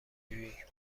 جویی